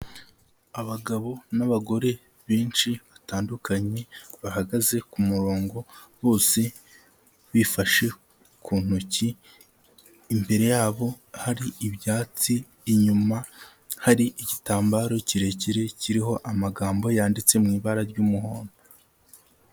Abagabo n'abagore benshi batandukanye bahagaze ku murongo, bose bifashe ku ntoki, imbere yabo hari ibyatsi, inyuma hari igitambaro kirekire kiriho amagambo yanditse mu ibara ry'umuhondo.